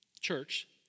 church